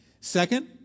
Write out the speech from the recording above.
Second